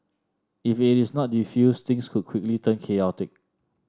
if it is not defused things could quickly turn chaotic